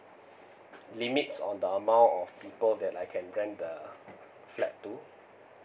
limits on the amount of people that I can rent the flat to